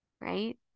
Right